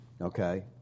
Okay